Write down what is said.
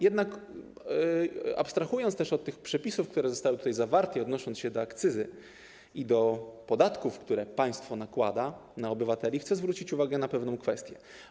Jednak, abstrahując od przepisów, które zostały tutaj zawarte, i odnosząc się do akcyzy i do podatków, które państwo nakłada na obywateli, chcę zwrócić uwagę na pewną kwestię.